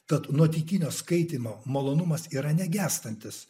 tad nuotykinio skaitymo malonumas yra negęstantis